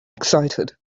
excited